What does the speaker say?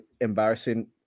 embarrassing